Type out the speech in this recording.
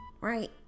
right